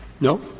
No